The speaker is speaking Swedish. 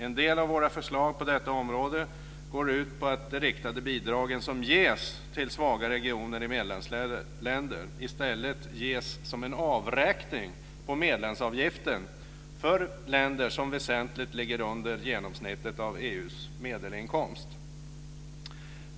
En del av våra förslag på detta område går ut på att de riktade bidrag som ges till svaga regioner i medlemsländer i stället ges som en avräkning på medlemsavgiften för länder som ligger väsentligt under genomsnittet av EU:s medelinkomst.